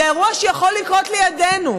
זה אירוע שיכול לקרות לידנו.